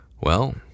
Well